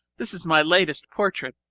this is my latest portrait,